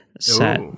Set